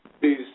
please